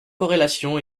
corrélation